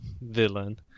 villain